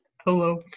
hello